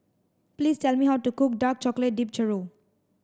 please tell me how to cook dark chocolate dipped Churro